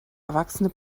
erwachsene